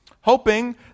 hoping